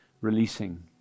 releasing